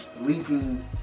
leaping